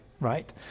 right